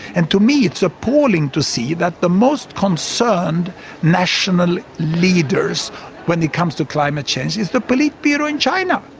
and to me it's appalling to see that the most concerned national leaders when it comes to climate change is the politburo in china!